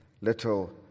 little